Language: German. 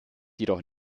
jedoch